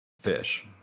fish